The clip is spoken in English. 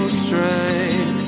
strength